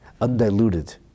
undiluted